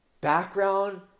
background